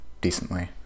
decently